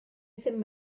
ddim